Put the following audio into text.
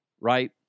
right